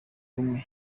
kumwe